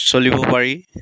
চলিব পাৰি